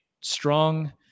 strong